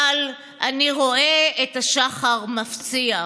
אבל אני רואה את השחר מפציע.